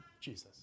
Jesus